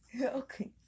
Okay